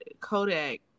Kodak